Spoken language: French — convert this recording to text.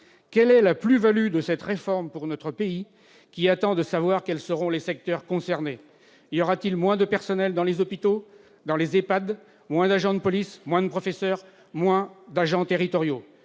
Quelle est la plus-value de cette réforme pour notre pays, qui attend de connaître les secteurs concernés ? Y aura-t-il moins de personnels dans les hôpitaux, dans les EHPAD, moins d'agents de police, moins de professeurs, moins d'agents territoriaux ?